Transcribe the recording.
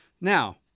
Now